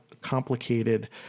complicated